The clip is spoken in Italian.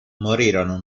morirono